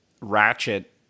Ratchet